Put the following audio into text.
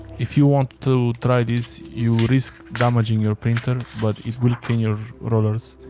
if you want to try this, you risk damaging your printer but it will clean your rollers.